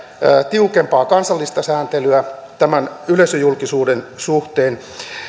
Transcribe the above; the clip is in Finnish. tiukempaa kansallista sääntelyä tämän yleisöjulkisuuden suhteen